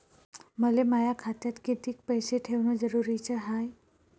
मले माया खात्यात कितीक पैसे ठेवण जरुरीच हाय?